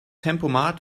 tempomat